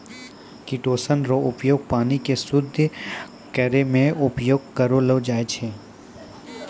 chitosan रो उपयोग पानी के शुद्ध करै मे उपयोग करलो जाय छै